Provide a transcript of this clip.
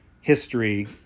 history